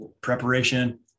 Preparation